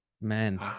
man